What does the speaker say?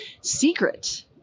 secret